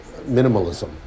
minimalism